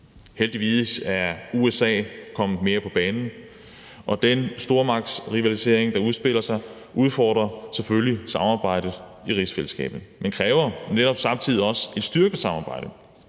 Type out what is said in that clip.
Heldigvis er USA kommet mere på banen, og den stormagtsrivalisering, der udspiller sig, udfordrer selvfølgelig samarbejdet i rigsfællesskabet, men kræver samtidig også netop et styrket samarbejde.